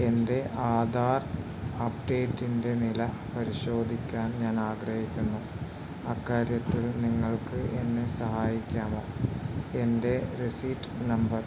എൻ്റെ ആധാർ അപ്ഡേറ്റിൻ്റെ നില പരിശോധിക്കാൻ ഞാൻ ആഗ്രഹിക്കുന്നു അക്കാര്യത്തിൽ നിങ്ങൾക്ക് എന്നെ സഹായിക്കാമോ എൻ്റെ രസീറ്റ് നമ്പർ